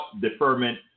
deferment